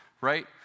Right